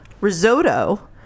risotto